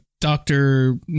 doctor